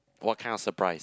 what kind of surprise